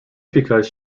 because